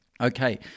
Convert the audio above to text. Okay